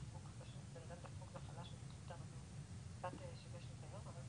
ועשוי לחשוף אותם לבית הדין הבין-לאומי בהאג.